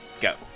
Go